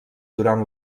durant